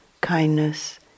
kindness